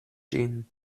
ĝin